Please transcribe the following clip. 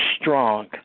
strong